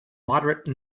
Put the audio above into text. moderate